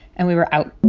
and we were out